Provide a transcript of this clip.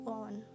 on